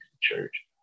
church